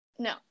No